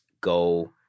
go